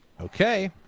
Okay